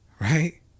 Right